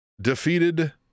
defeated